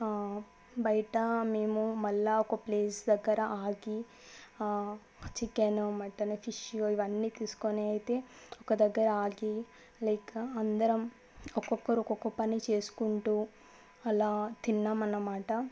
బయట మేము మళ్ళా ఒక ప్లేస్ దగ్గర ఆగి చికెన్ మటన్ ఫిష్ ఇవన్నీ తీసుకొని అయితే ఒక దగ్గర ఆగి లైక్ అందరం ఒక్కొక్కరు ఒక్కొక్క పని చేసుకుంటు అలా తిన్నాం అన్నమాట